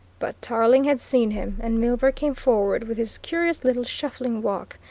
but tarling had seen him, and milburgh came forward with his curious little shuffling walk,